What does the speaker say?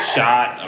Shot